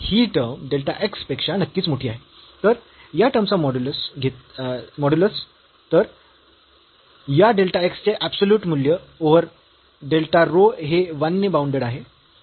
तर या टर्म चा मॉड्युलस तर या डेल्टा x चे ऍबसोल्युट मूल्य ओव्हर डेल्टा रो हे 1 ने बाऊंडेड आहे